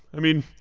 i mean,